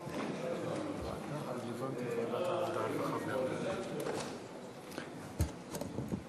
קביעת דרגת נכות לנפגעי עבודה),